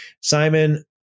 Simon